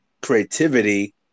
creativity